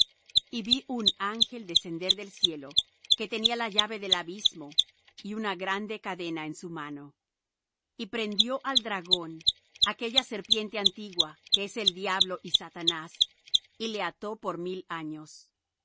ángel descender del cielo que tenía la llave del abismo y una grande cadena en su mano y prendió al dragón aquella serpiente antigua que es el diablo y satanás y le ató por mil años